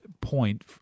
point